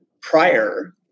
prior